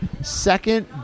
second